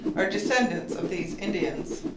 are descendants of these indians.